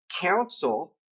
council